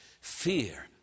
fear